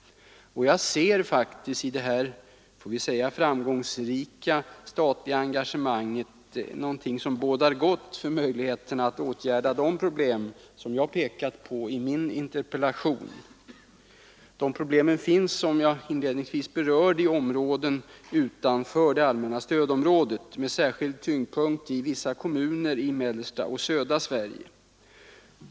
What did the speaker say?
Jag ser i detta framgångsrika statliga engagemang något som bådar gott för möjligheterna att åtgärda de problem som jag har pekat på i min interpellation. De problemen finns, som jag inledningsvis nämnde, i områden utanför det allmänna stödområdet med särskild tyngdpunkt i vissa kommuner i mellersta och södra Sverige.